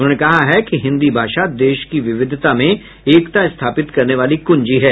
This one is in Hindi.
उन्होंने कहा है कि हिंदी भाषा देश की विविधता में एकता स्थापित करने वाली कुंजी है